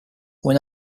when